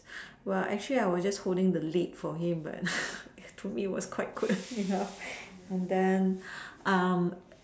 well actually I was just holding the lid for him but he told me it's quite good enough and then um